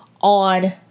on